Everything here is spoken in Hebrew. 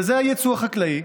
וזה היצוא החקלאי.